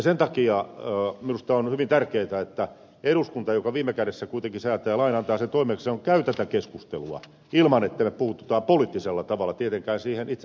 sen takia minusta on hyvin tärkeätä että eduskunta joka viime kädessä kuitenkin säätää lain antaa sen toimeksi käy tätä keskustelua ilman että me puutumme poliittisella tavalla tietenkään siihen itse sisältöön